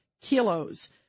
kilos